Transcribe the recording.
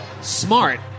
smart